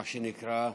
מה שנקרא,